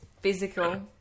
physical